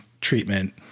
treatment